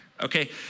okay